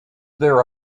there